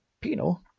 Pino